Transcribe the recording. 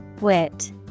Wit